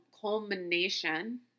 culmination